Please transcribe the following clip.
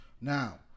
Now